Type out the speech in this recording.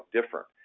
different